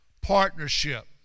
partnership